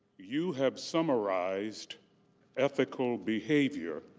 you have summarized ethical behavior